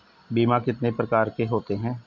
बीमा कितने प्रकार के होते हैं?